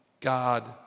God